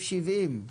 סעיף 85(69)